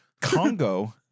Congo